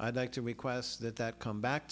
i'd like to request that that come back